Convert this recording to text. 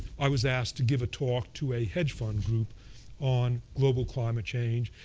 i was asked to give a talk to a hedge fund group on global climate change.